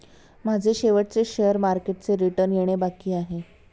माझे शेवटचे शेअर मार्केटचे रिटर्न येणे बाकी आहे